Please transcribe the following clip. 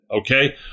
Okay